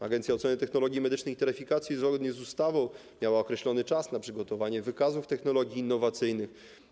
Agencja Oceny Technologii Medycznych i Taryfikacji zgodnie z ustawą miała określony czas na przygotowanie wykazów technologii innowacyjnych.